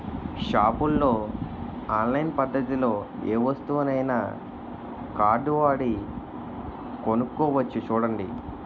షాపుల్లో ఆన్లైన్ పద్దతిలో ఏ వస్తువునైనా కార్డువాడి కొనుక్కోవచ్చు చూడండి